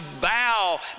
bow